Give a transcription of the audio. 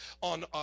on